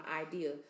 idea